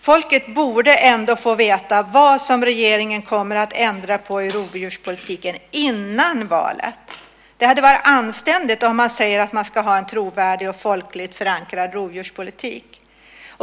Folk borde före valet ändå få veta vad regeringen kommer att ändra på i rovdjurspolitiken. Det hade varit anständigt, om man säger att man ska ha en trovärdig och folkligt förankrad rovdjurspolitik.